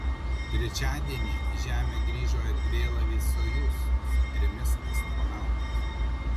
trečiadienį į žemę grįžo erdvėlaivis sojuz su trimis astronautais